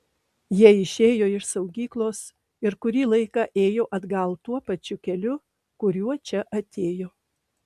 jie išėjo iš saugyklos ir kurį laiką ėjo atgal tuo pačiu keliu kuriuo čia atėjo